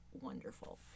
wonderful